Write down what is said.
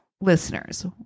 listeners